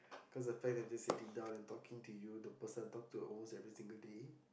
cause I plan to be sitting down and talking to you the person I talk to almost every single day